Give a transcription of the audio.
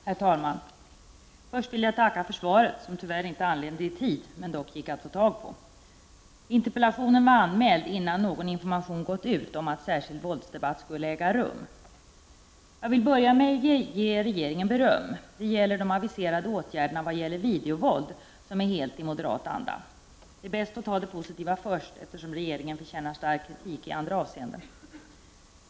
Herr talman! Först vill jag tacka för svaret, som tyvärr inte anlände i tid men dock gick att få tag på. Interpellationen var anmäld innan någon information hade gått ut om att en särskild våldsdebatt skulle äga rum. Jag vill börja med att ge regeringen beröm. Det gäller de aviserade åtgärderna mot videovåld, vilka är helt i moderat anda. Det är bäst att ta det positiva först, eftersom regeringen förtjänar stark kritik i andra avseenden.